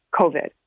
COVID